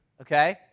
Okay